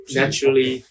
naturally